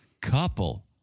couple